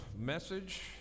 message